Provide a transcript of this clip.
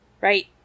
right